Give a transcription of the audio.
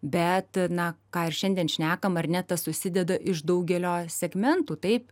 bet na ką ir šiandien šnekam ar ne tas susideda iš daugelio segmentų taip